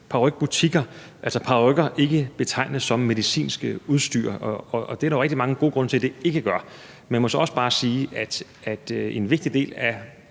udfordringen er jo, at parykker ikke betegnes som medicinsk udstyr, og det er der jo rigtig mange gode grunde til at det ikke gør. Man må så også bare sige, at en vigtig del af